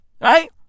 right